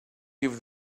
give